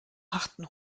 harten